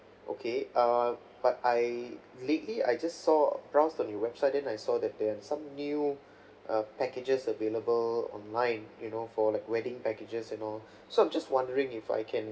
okay err but I lately I just saw browsed the new website then I saw that there have some new uh packages available online you know for like wedding packages and all so I'm just wondering if I can